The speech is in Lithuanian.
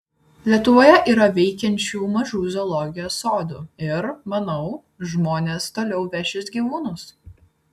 lietuvoje yra veikiančių mažų zoologijos sodų ir manau žmonės toliau vešis gyvūnus